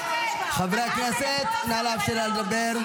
חברי הכנסת, נא לאפשר לה לדבר.